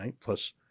plus